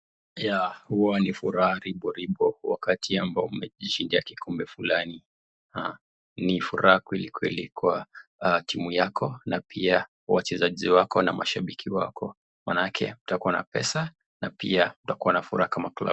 Huwa ni furaha riboribo wakati umejishindia ni furaha kweli kweli kwa timu yako na wachezaji wako na mashabiki wako na kutakuwa na furaha kama klabu.